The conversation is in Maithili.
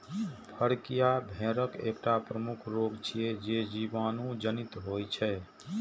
फड़कियां भेड़क एकटा प्रमुख रोग छियै, जे जीवाणु जनित होइ छै